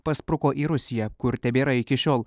paspruko į rusiją kur tebėra iki šiol